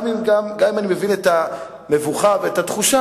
גם אם אני מבין את המבוכה והתחושה,